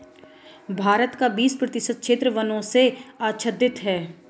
भारत का बीस प्रतिशत क्षेत्र वनों से आच्छादित है